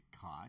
caught